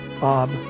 Bob